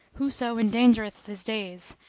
whoso endangereth his days,